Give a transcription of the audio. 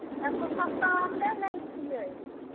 एक सओ सत्तरि हम नहि लै छिए